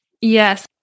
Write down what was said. Yes